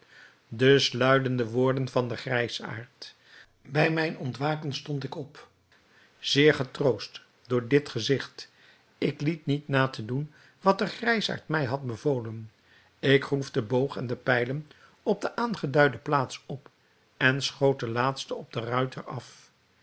dus luidden de woorden van den grijsaard bij mijn ontwaken stond ik op zeer getroost door dit gezigt ik liet niet na te doen wat de grijsaard mij had bevolen ik groef den boog en de pijlen op de aangeduide plaats op en schoot de laatsten op den ruiter af